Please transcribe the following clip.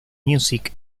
music